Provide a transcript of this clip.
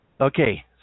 Okay